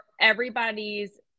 everybody's